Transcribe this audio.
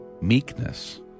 meekness